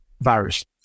virus